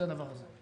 זה הדבר הזה.